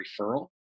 referral